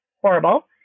horrible